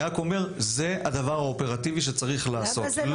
אני רק אומר זה הדבר האופרטיבי שצריך לעשות.